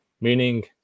meaning